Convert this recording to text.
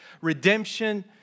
redemption